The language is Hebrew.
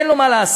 אין לו מה לעשות.